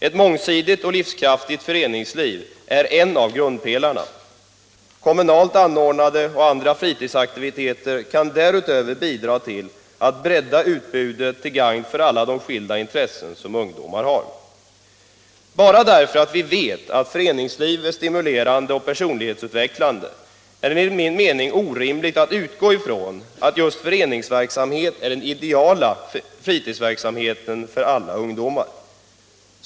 Ett mångsidigt och livskraftigt föreningsliv är en av grundpelarna. Kommunalt anordnade och andra fritidsaktiviteter kan därutöver bidra till att bredda utbudet till gagn för alla de skilda intressen som ungdomar har. Det är enligt min mening orimligt att bara därför att vi vet att föreningsliv är stimulerande och personlighetsutvecklande utgå från att just föreningsverksamhet är den idealiska fritidsverksamheten för alla ungdomar.